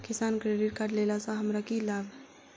किसान credit card लेला सऽ हमरा की लाभ?